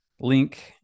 link